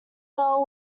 bell